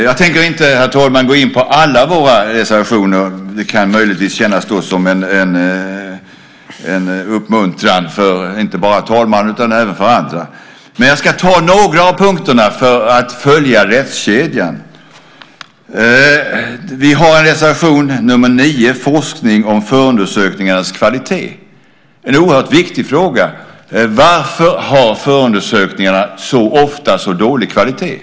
Jag tänker inte, herr talman, gå in på alla våra reservationer - det kan möjligtvis kännas som en uppmuntran inte bara för talmannen utan även för andra - men jag ska ta några av punkterna för att följa rättskedjan. Vi har en reservation, nr 9, om forskning om förundersökningarnas kvalitet - en oerhört viktig fråga. Varför har förundersökningarna så ofta så dålig kvalitet?